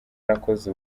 nakoze